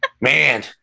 Man